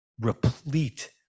replete